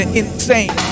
insane